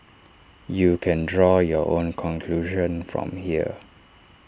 you can draw your own conclusion from here